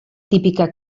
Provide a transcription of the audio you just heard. típica